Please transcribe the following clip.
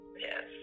yes